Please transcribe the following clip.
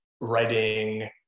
writing